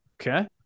Okay